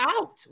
out